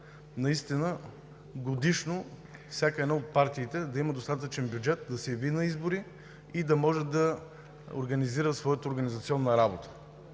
наистина годишно всяка една от партиите да има достатъчен бюджет, да се яви на избори и да може да организира своята организационна работа